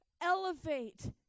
elevate